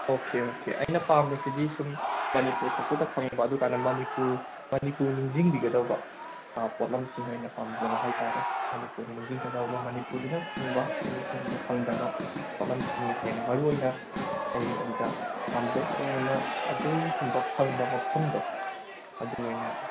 okay okay ꯑꯩꯅ ꯄꯥꯝꯕꯁꯤꯗꯤ ꯁꯨꯝ ꯃꯅꯤꯄꯨꯔꯈꯛꯇꯗ ꯐꯪꯕ ꯑꯗꯨꯀꯥꯟꯗ ꯃꯅꯤꯄꯨꯔ ꯃꯅꯤꯄꯨꯔ ꯅꯤꯡꯖꯤꯡꯕꯤꯒꯗꯕ ꯄꯣꯠꯂꯝꯁꯤꯡ ꯑꯣꯏꯅ ꯄꯥꯝꯖꯕ ꯍꯥꯏꯇꯥꯔꯦ ꯃꯅꯤꯄꯨꯔ ꯅꯤꯡꯖꯤꯡꯒꯗꯕ ꯃꯅꯤꯄꯨꯔꯗꯇ ꯐꯪꯕ ꯑꯇꯣꯞꯄ ꯃꯐꯝꯗ ꯐꯪꯗꯕ ꯄꯣꯠꯂꯝꯁꯤꯡꯅ ꯍꯦꯟꯅ ꯃꯔꯨꯑꯣꯏꯅ ꯑꯩ ꯑꯗꯨꯗ ꯄꯥꯝꯖꯩ ꯑꯗꯨꯗꯨꯅ ꯑꯗꯨꯒꯨꯝꯕ ꯐꯪꯕ ꯃꯐꯝꯗꯣ ꯑꯗꯨ ꯑꯣꯏꯅ